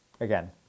again